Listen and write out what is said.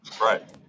right